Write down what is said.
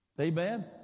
Amen